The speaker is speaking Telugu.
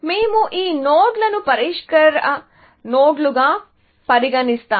మేము ఆ నోడ్లను పరిష్కార నోడ్లుగా పరిగణిస్తాము